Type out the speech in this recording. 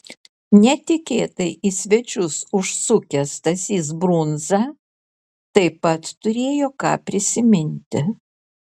netikėtai į svečius užsukęs stasys brundza taip pat turėjo ką prisiminti